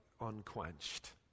unquenched